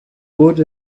good